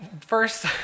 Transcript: first